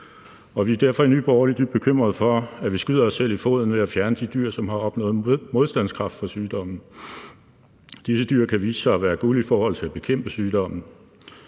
Vi er derfor i Nye Borgerlige dybt bekymrede for, at vi skyder os selv i foden ved at fjerne de dyr, som har opnået modstandskraft mod sygdommen. Disse dyr kan vise sig at være guld værd i forhold til at bekæmpe sygdommen.